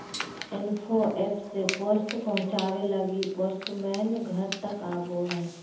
info app से post पहुचावे लगी पोस्टमैन घर तक आवो हय